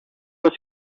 was